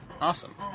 awesome